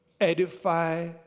edify